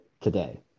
today